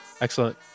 Excellent